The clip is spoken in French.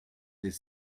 des